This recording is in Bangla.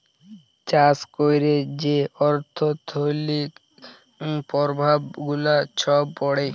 চাষ ক্যইরে যে অথ্থলৈতিক পরভাব গুলা ছব পড়ে